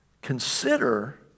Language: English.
Consider